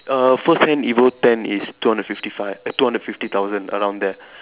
err first hand Evo ten is two hundred fifty five eh two hundred fifty thousand around there